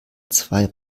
zwei